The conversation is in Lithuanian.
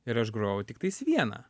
ir aš grojau tiktais vieną